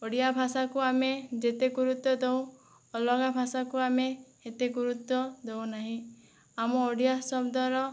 ଓଡ଼ିଆ ଭାଷାକୁ ଆମେ ଯେତେ ଗୁରୁତ୍ଵ ଦେଉ ଅଲଗା ଭାଷାକୁ ଆମେ ଏତେ ଗୁରୁତ୍ୱ ଦେଉନାହିଁ ଆମ ଓଡ଼ିଆ ଶବ୍ଦର